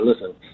Listen